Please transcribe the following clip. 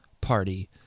party